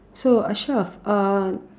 so ashraf